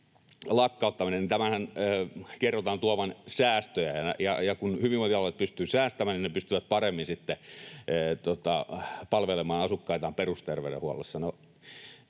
lakkauttamisenhan kerrotaan tuovan säästöjä, ja kerrotaan, että kun hyvinvointialueet pystyvät säästämään, niin ne pystyvät paremmin sitten palvelemaan asukkaitaan perusterveydenhuollossa.